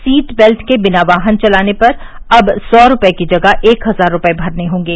seat belt के बिना वाहन चलाने पर अब सौ रुपये की जगह एक हजार रुपये भरने होंगे